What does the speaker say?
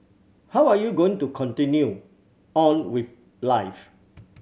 how are you going to continue on with life